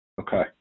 Okay